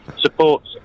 supports